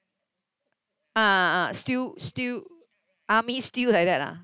ah ah ah stew stew army stew like that ah